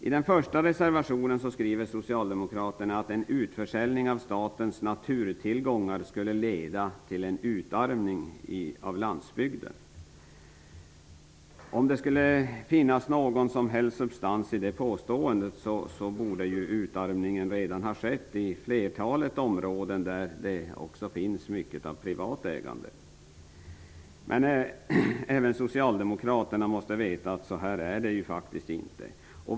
I den första reservationen skriver socialdemokraterna att en utförsäljning av statens naturtillgångar skulle leda till en utarmning av landsbygden. Om det skulle finnas någon som helst substans i det påståendet borde utarmningen redan ha skett i flertalet områden där det också finns mycket av privat ägande. Även socialdemokraterna måste veta att det faktiskt inte är så här.